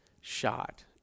shot